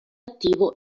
attivo